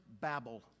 babble